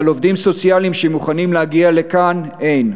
אבל עובדים סוציאליים שמוכנים להגיע לכאן אין.